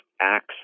acts